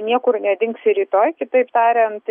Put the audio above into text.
niekur nedings ir rytoj kitaip tariant